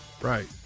Right